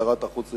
שרת החוץ לשעבר,